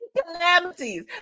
calamities